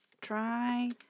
Try